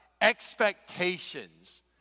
expectations